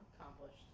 accomplished